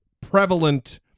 prevalent